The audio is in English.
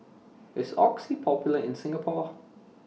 IS Oxy Popular in Singapore